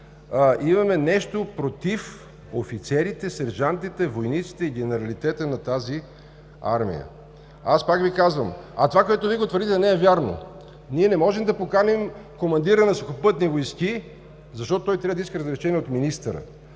имаме нещо против офицерите, сержантите, войниците и генералитета на тази армия. Аз пак Ви казвам: това, което Вие го твърдите, не е вярно. Ние не можем да поканим командира на Сухопътни войски, защото той трябва да иска разрешение от министъра.